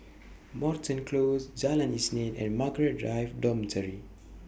Moreton Close Jalan Isnin and Margaret Drive Dormitory